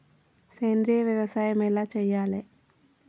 సేంద్రీయ వ్యవసాయం ఎలా చెయ్యాలే?